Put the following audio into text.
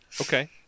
Okay